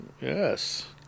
Yes